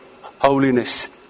holiness